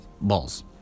balls